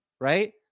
right